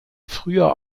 früher